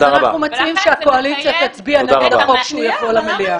אז אנחנו מציעים שהקואליציה תצביע נגד החוק כשהוא יבוא למליאה.